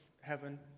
heaven